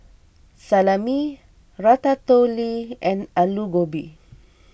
Salami Ratatouille and Alu Gobi